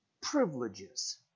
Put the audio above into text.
privileges